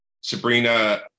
Sabrina